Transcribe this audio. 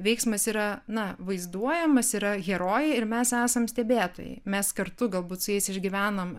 veiksmas yra na vaizduojamas yra herojai ir mes esam stebėtojai mes kartu galbūt su jais išgyvenam